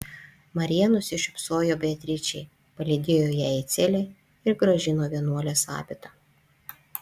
marija nusišypsojo beatričei palydėjo ją į celę ir grąžino vienuolės abitą